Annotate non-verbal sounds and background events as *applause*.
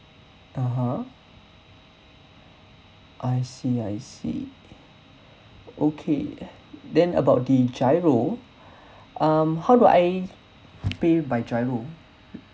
(uh huh) I see I see okay then about the giro *breath* um how do I pay by giro